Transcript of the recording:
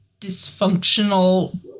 dysfunctional